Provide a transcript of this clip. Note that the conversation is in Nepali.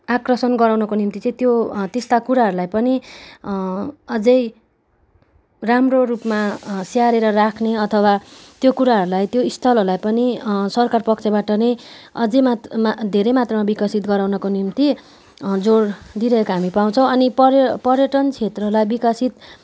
आकर्षण गराउनको निम्ति चाहिँ त्यो त्यस्ता कुराहरूलाई पनि अझै राम्रो रूपमा स्याहारेर राख्ने अथवा त्यो कुराहरूलाई त्यो स्थलहरूलाई पनि सरकार पक्षबाट नै अझै मात्रामा धेरै मात्रामा विकसित गराउनको निम्ति जोड दिइरहेको हामी पाउँछौँ अनि पर्य पर्यटन क्षेत्रलाई विकसित